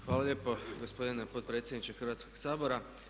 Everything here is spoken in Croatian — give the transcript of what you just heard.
Hvala lijepo gospodine potpredsjedniče Hrvatskoga sabora.